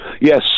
yes